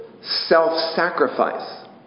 Self-sacrifice